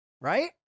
right